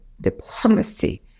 diplomacy